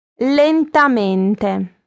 lentamente